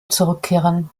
zurückkehren